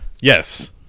Yes